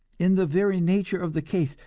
in the very nature of the case,